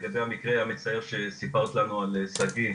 לגבי המקרה המצער שסיפרת לנו על שגיא,